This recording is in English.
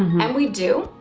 and we do,